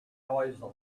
noisily